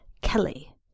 Kelly